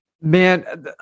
Man